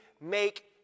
make